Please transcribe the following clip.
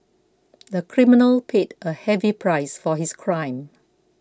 the criminal paid a heavy price for his crime